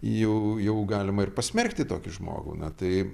jau jau galima ir pasmerkti tokį žmogų na tai